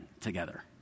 together